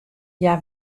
hja